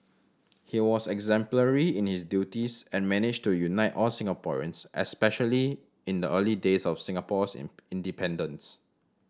he was exemplary in his duties and managed to unite all Singaporeans especially in the early days of Singapore's independence